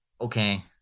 okay